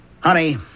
Honey